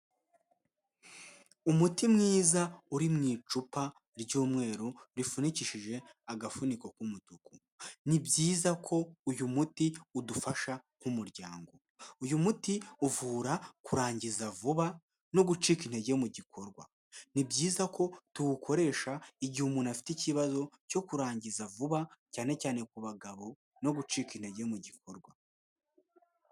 Umuti mwiza uri mu icupa ry'umweru rifunikishije agafuniko k'umutuku, ni byiza ko uyu muti udufasha nk'umuryango, uyu muti uvura kurangiza vuba no gucika intege mu gikorwa, ni byiza ko tuwukoresha igihe umuntu afite ikibazo cyo kurangiza vuba cyane cyane ku bagabo no gucika intege mu gikorwa.